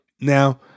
Now